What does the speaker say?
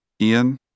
Ian